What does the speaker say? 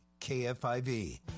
KFIV